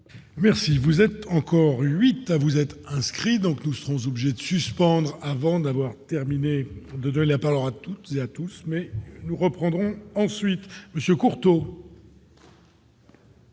Merci, vous êtes encore 8 à vous êtes inscrit, donc nous serons obligés de suspendre avant d'avoir terminé de la à toutes et à tous, mais nous reprendrons ensuite monsieur Courteau.